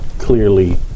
Clearly